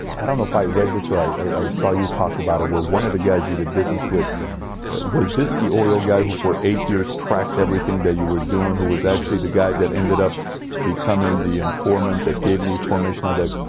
i don't know if i read this right i saw you talk about it where one of the guys you did business with was this the oil guy who for eight years tracked everything that you were doing who was actually the guy that ended up becoming the informant that gave me formation ah either.